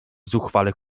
zuchwale